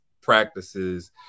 practices